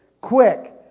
quick